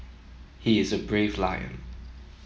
he is a brave lion